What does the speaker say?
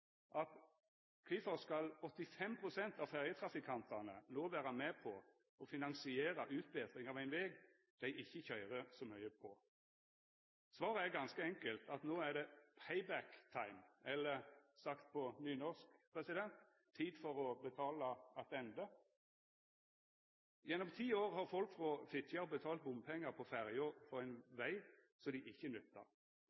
no: Kvifor skal 85 pst. av ferjetrafikantane no vera med på å finansiera utbetring av ein veg dei ikkje køyrer så mykje på? Svaret er ganske enkelt at no et det «payback time», eller sagt på nynorsk: tid for å betala attende. Gjennom ti år har folk frå Fitjar betalt bompengar på ferja for ein